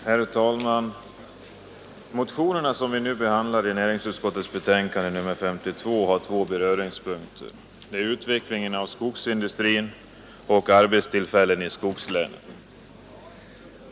Herr talman! Motionerna som vi nu behandlar i samband med näringsutskottets betänkande nr 52 har två beröringspunkter: utveckling av skogsindustrin och arbetstillfällen i skogslänen.